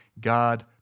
God